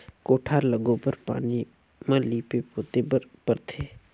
कोठार ल गोबर पानी म लीपे पोते बर परथे